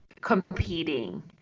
competing